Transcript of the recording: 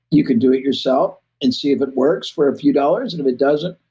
you can do it yourself and see if it works for a few dollars. and if it doesn't,